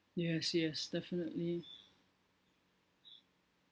yes yes definitely